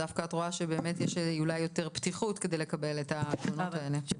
דווקא את רואה שיש אולי יותר פתיחות כדי לקבל את התלונות הללו.